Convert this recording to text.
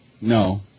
no